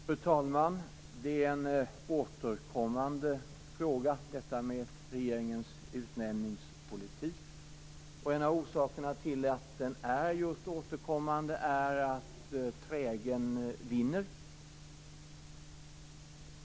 Fru talman! Regeringens utnämningspolitik är en återkommande fråga. En av orsakerna till att den är just återkommande är att trägen vinner.